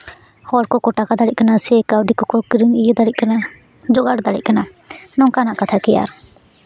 ᱦᱚᱲ ᱠᱚᱠᱚ ᱴᱟᱠᱟ ᱫᱟᱲᱮᱭᱟᱜ ᱠᱟᱱᱟ ᱥᱮ ᱠᱟᱹᱣᱰᱤ ᱠᱚᱠᱚ ᱠᱤᱨᱤᱧ ᱤᱭᱟᱹ ᱫᱟᱲᱮᱭᱟᱜ ᱠᱟᱱᱟ ᱡᱳᱜᱟᱲ ᱫᱟᱲᱮᱭᱟᱜ ᱠᱟᱱᱟ ᱱᱚᱝᱠᱟᱱᱟᱜ ᱠᱟᱛᱷᱟ ᱜᱮ ᱟᱨ